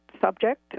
subject